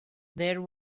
there